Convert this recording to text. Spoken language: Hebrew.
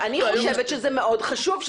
אני חושבת שזה מאוד חשוב,